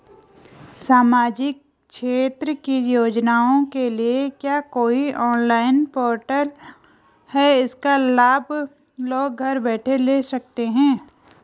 सामाजिक क्षेत्र की योजनाओं के लिए क्या कोई ऑनलाइन पोर्टल है इसका लाभ लोग घर बैठे ले सकते हैं?